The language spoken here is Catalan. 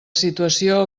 situació